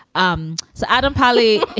um so adam pally